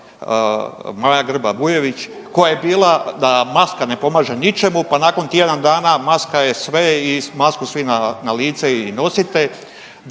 Maja Grba Bujević koja je bila da maska ne pomaže ničemu, pa nakon tjedan dana maska je sve i masku svi na lice i nosite